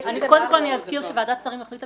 קודם כול אני אזכיר שוועדת שרים החליטה